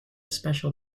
special